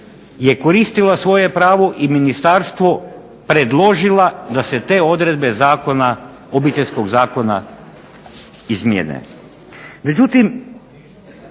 je koristila svoje pravo i ministarstvu predložila da se te odredbe Obiteljskog zakona izmijene.